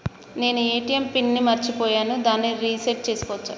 నేను ATM PIN ని మరచిపోయాను దాన్ని రీ సెట్ చేసుకోవచ్చా?